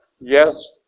Yes